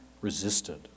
resisted